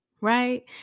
right